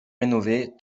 rénovées